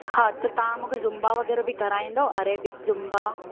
हा त तव्हां मूंखे ज़ुम्बा वग़ैरह बि कराईंदा अरेबिक्स ज़ुम्बा